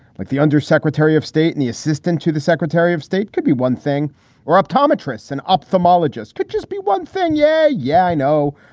like the undersecretary of state and the assistant to the secretary of state could be one thing or optometrists and ophthalmologists could just be one thing. yeah. yeah, i know.